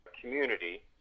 community